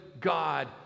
God